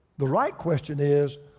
the right question is,